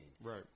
Right